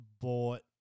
bought